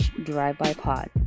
drivebypod